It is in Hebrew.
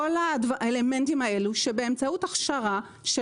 כל האלמנטים האלה שבאמצעות הכשרה של